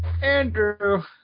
Andrew